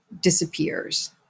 disappears